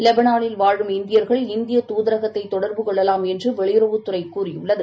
வெபனானில் வாழும் இந்தியர்கள் இந்தியதூதரகத்தைதொடர்பு கொள்ளலாம் என்றுவெளியுறவுத் துறைகூறியுள்ளது